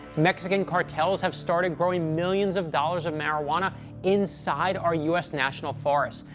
mexican cartels have started growing millions of dollars of marijuana inside our u s. national forests,